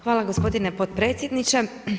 Hvala gospodine potpredsjedniče.